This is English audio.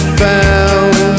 found